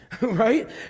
right